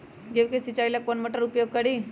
गेंहू के सिंचाई ला कौन मोटर उपयोग करी?